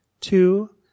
Two